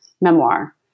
memoir